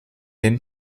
den